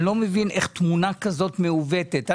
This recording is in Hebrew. לא מבין איך תמונה כזו מעוותת.